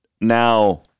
Now